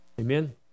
Amen